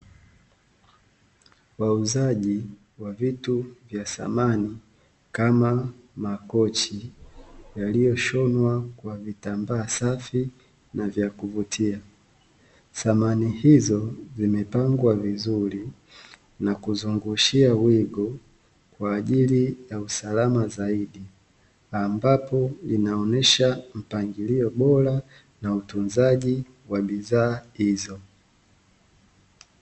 Wauzaji wa vitu vya samani kama makochi yaliyoshonywa kwa vitaambaa safi na vya kuvutia, samani hizo zimepangwa vizuri na kuzungushia wigo kwa ajili ya usalama zaidi, ambapo inaonesha mpangilio bora na utunzaji wa bidhaa hizo.